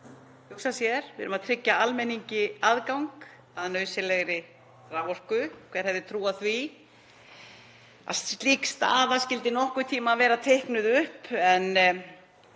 hugsa sér, við erum að tryggja almenningi aðgang að nauðsynlegri raforku. Hver hefði trúað því að slík staða skyldi nokkurn tíma vera teiknuð upp? En